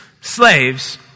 slaves